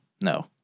No